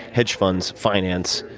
hedge funds finance,